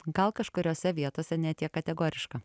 gal kažkuriose vietose ne tiek kategoriška